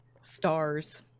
stars